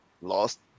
Lost